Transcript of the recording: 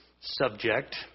subject